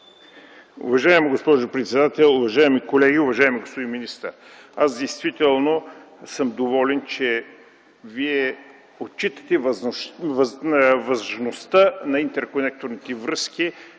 Уважаема госпожо председател, уважаеми колеги! Уважаеми господин министър, аз действително съм доволен, че Вие отчитате важността на интерколекторните връзки,